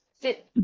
sit